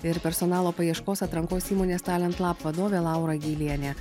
ir personalo paieškos atrankos įmonės talent lab vadovė laura gylienė